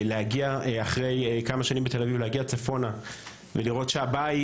אחרי כמה שנים בתל אביב להגיע צפונה ולראות שהבית